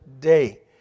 day